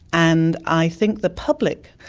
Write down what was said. and i think the public.